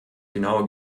genauer